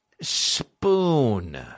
spoon